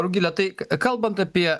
rugile tai kalbant apie